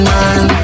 Man